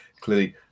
clearly